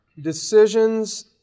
decisions